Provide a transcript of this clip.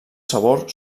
sabor